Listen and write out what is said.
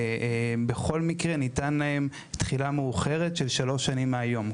בכל מקרה ניתן להם תחילה מאוחרת של שלוש שנים מהיום.